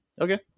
Okay